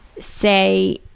say